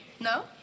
No